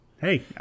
Hey